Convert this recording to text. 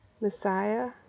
Messiah